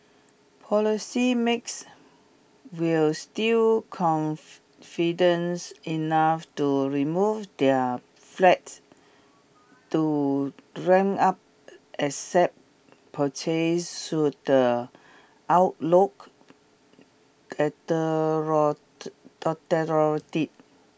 policy makes will still confidence enough to remove their flight to ramp up asset purchases should the outlook